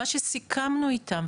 מה שסיכמנו איתם,